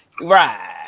right